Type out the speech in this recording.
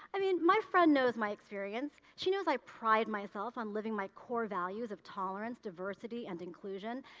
i mean, my friend knows my experience, she knows i pride myself on living my core values of tolerance, diversity, and inclusion,